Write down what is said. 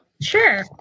sure